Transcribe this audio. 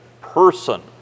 person